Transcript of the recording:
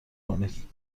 کنید